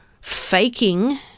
faking